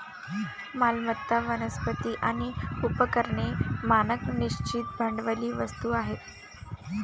मालमत्ता, वनस्पती आणि उपकरणे मानक निश्चित भांडवली वस्तू आहेत